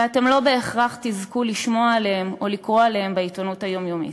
ואתם לא בהכרח תזכו לשמוע עליהם או לקרוא עליהם בעיתונות היומיומית.